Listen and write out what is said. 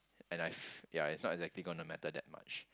and I f~ ya it's not exactly gonna matter that much